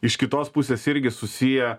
iš kitos pusės irgi susiję